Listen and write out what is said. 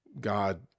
God